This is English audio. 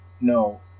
No